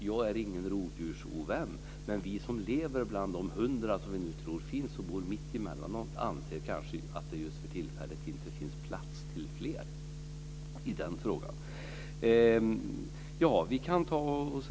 Jag är ingen rovdjursovän, men vi som lever och bor mitt bland de 100 vargar som vi nu tror finns anser kanske att det just för tillfället inte finns plats för fler.